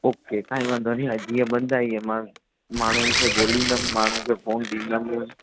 okay साईं वांधदानी तीअं बंदि आहे जीअं मां माण्हुनि खे ॻोल्हिंदमि माण्हुनि खे फ़ोन ॾींदमि